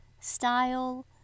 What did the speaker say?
style